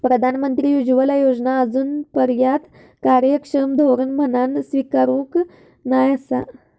प्रधानमंत्री उज्ज्वला योजना आजूनपर्यात कार्यक्षम धोरण म्हणान स्वीकारूक नाय आसा